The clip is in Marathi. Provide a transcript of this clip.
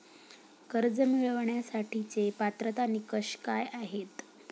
कर्ज मिळवण्यासाठीचे पात्रता निकष काय आहेत?